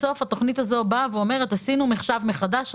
בסוף התוכנית הזו אומרת: עשינו חישוב מחדש,